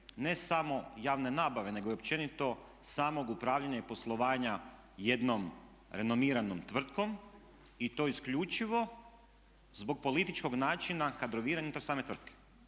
ne samo javne nabave nego i općenito samog upravljanja i poslovanja jednom renomiranom tvrtkom i to isključivo zbog političkog načina kadroviranja unutar same tvrtke.